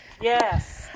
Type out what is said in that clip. yes